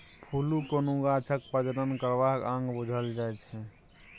फुल कुनु गाछक प्रजनन करबाक अंग बुझल जाइ छै